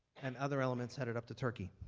and other elements headed up to turkey.